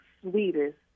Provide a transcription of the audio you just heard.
sweetest